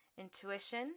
intuition